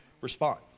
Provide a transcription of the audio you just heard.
respond